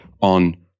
on